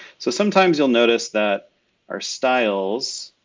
so sometimes you'll notice that our styles